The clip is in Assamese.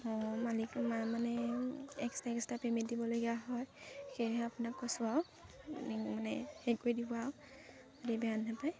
অঁ মালিক মানে এক্সট্ৰা এক্সট্ৰা পেমেণ্ট দিবলগীয়া হয় সেয়েহে আপোনাক কৈছোঁ আও মানে হেৰি কৰি দিব আও যদি বেয়া নাপায়